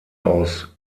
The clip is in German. aus